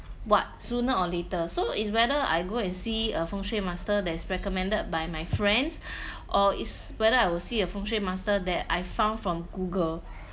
what sooner or later so it's whether I go and see a feng shui master that's recommended by my friends or it's whether I will see a feng shui master that I found from Google